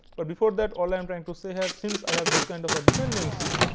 but before that, all i am trying to say here since i have this kind of a dependency,